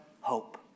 hope